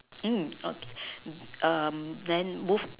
mm okay then move